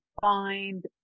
find